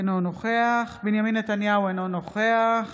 אינו נוכח בנימין נתניהו, אינו נוכח